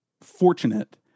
fortunate